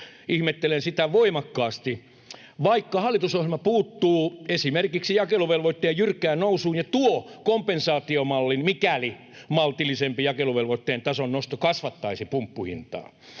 Ihmettelen sitä voimakkaasti, vaikka hallitusohjelma puuttuu esimerkiksi jakeluvelvoitteen jyrkkään nousuun ja tuo kompensaatiomallin, mikäli maltillisempi jakeluvelvoitteen tason nosto kasvattaisi pumppuhintaa.